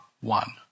one